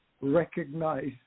recognize